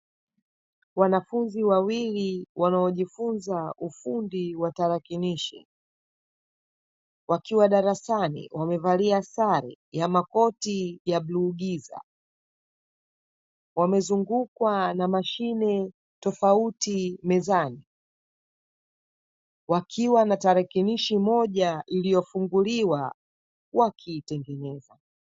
Wanafunzi wawili waliojifunza ufundi watarikinishi wakiwa darasani wamevalia sare ya makoti ya bluu giza wamezungukwa na mashine tofauti mezani wakiwa na tarikinishi moja iliyofunguliwa wakiitengeneza.